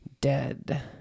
dead